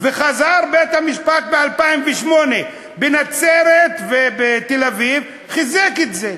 וחזר ב-2008 בית-המשפט בנצרת ובתל-אביב וחיזק את זה.